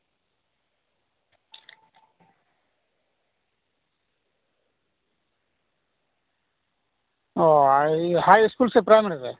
ᱚ ᱦᱟᱭ ᱤᱥᱠᱩᱞ ᱥᱮ ᱯᱨᱟᱭᱢᱟᱨᱤ ᱨᱮ